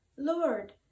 lord